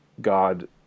God